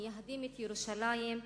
מייהדים את ירושלים,